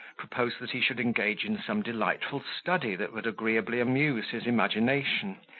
proposed that he should engage in some delightful study that would agreeably amuse his imagination,